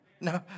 No